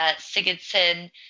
Sigurdsson